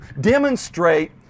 demonstrate